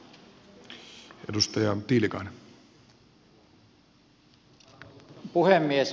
arvoisa puhemies